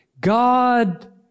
God